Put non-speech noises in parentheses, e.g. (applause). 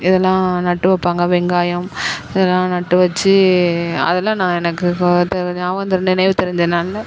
இதெல்லாம் நட்டு வைப்பாங்க வெங்காயம் இதெல்லாம் நட்டு வச்சு அதெலாம் நான் எனக்கு (unintelligible) ஞாபகம் தெரிந்த நினைவு தெரிந்த நாளில்